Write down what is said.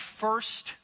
first